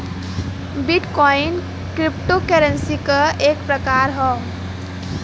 bit coin cryptocurrency क एक प्रकार हौ